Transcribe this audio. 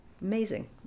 amazing